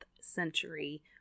century